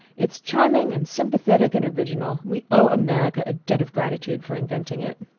it's charming and sympathetic and original we owe america a debt of gratitude for inventing it!